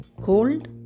cold